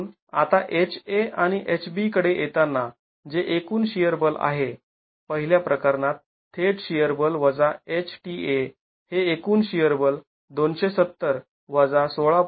म्हणून आता H A आणि H B कडे येताना जे एकूण शिअर बल आहे पहिल्या प्रकरणात थेट शिअर बल वजा H tA हे एकूण शिअर बल २७० वजा १६